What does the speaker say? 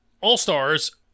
All-Stars